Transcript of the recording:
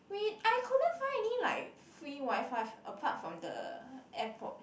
we I couldn't find any like free WiFi apart from the airport